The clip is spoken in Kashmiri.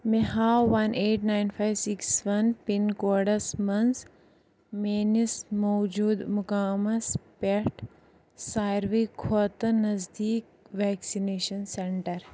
مےٚ ہاو one eight nine five six one pin codes منٛز میٲنِس موٗجوٗدٕ مُقامس پٮ۪ٹھ ساروی کھۄتہٕ نزدیٖک ویکسِنیشن سینٹر